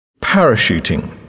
Parachuting